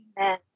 Amen